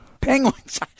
Penguins